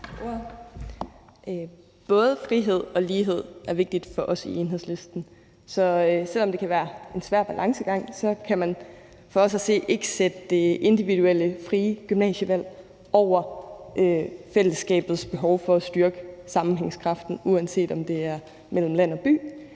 Både frihed og lighed er vigtigt for os i Enhedslisten, så selv om det kan være en svær balancegang, kan man for os at se ikke sætte det individuelle frie gymnasievalg over fællesskabets behov for at styrke sammenhængskraften, uanset om det er mellem land og by